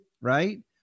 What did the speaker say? right